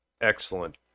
Excellent